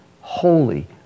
holy